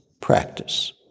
practice